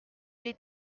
est